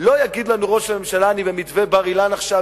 לא יגיד לנו ראש הממשלה: אני במתווה בר-אילן עכשיו,